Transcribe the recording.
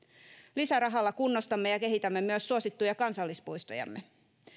lisärahalla kunnostamme ja kehitämme myös suosittuja kansallispuistojamme